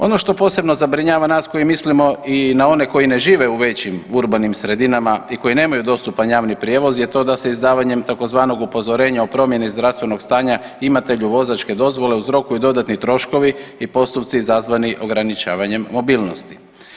Ono što posebno zabrinjava nas koji mislimo i na one koji ne žive u većim urbanim sredinama i koji nemaju dostupan javni prijevoz je to da se izdavanjem tzv. upozorenja o promjeni zdravstvenog stanja imatelju vozačke dozvole uzrokuju dodatni troškovi i postupci izazvani ograničavanjem mobilnosti.